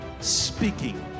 speaking